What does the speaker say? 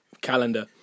calendar